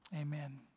Amen